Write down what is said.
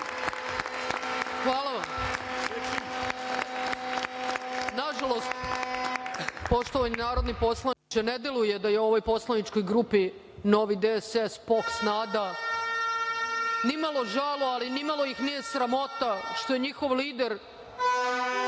Hvala vam. Nažalost, poštovani narodni poslaniče, ne deluje da ovoj poslaničkoj grupi Novi DSS, POKS, Nada ni malo žao, ali ni malo ih nije sramota što je njihov lider